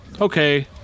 okay